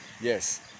Yes